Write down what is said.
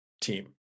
team